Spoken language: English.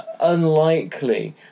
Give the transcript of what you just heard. unlikely